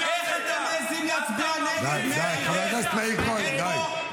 חבר הכנסת מאיר כהן, די.